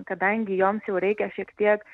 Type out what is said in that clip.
kadangi joms jau reikia šiek tiek